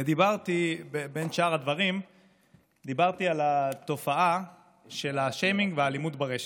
ובין שאר הדברים דיברתי על התופעה של השיימינג והאלימות ברשת.